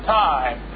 time